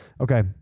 Okay